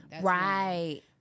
Right